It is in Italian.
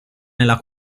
nella